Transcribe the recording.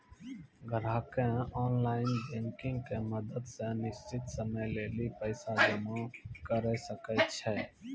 ग्राहकें online banking के मदत से निश्चित समय लेली पैसा जमा करै सकै छै